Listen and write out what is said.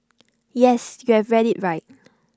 yes you have read IT right